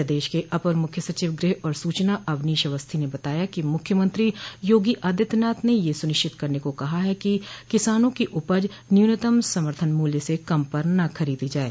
प्रदेश के अपर मुख्य सचिव गृह आर सूचना अवनीश अवस्थी ने बताया कि मुख्यमंत्री योगी आदित्यनाथ ने यह सुनिश्चित करने को कहा है कि किसानों की उपज न्यूनतम समर्थन मूल्य से कम पर न खरीदी जाये